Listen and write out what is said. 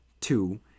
Two